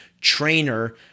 trainer